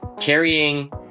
carrying